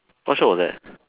what show was that